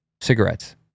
Cigarettes